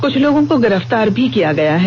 कुछ लोगों को गिरफतार भी किया गया है